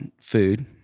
food